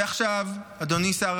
ועכשיו, אדוני שר